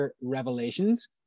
Revelations